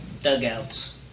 dugouts